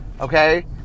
Okay